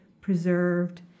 preserved